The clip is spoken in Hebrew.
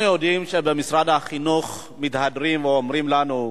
אנחנו יודעים שבמשרד החינוך מתהדרים ואומרים לנו: